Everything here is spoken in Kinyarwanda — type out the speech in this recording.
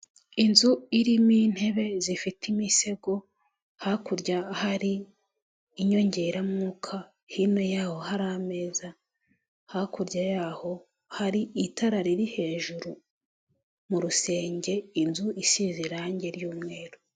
Inzu irimo intebe zifite imisego, hakurya hari inyongeramwuka, hino yaho hari ameza, hakurya yaho hari itara riri hejuru mu rusenge, inzu isize irangi ry'umweru.